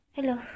Hello